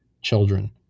children